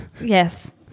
Yes